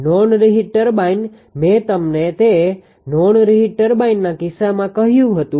non reheat turbine મેં તમને તે નોન રીહિટ ટર્બાઇનના કિસ્સામાં કહ્યું હતું